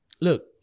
Look